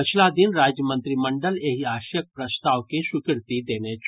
पछिला दिन राज्य मंत्रिमंडल एहि आशयक प्रस्ताव के स्वीकृति देने छल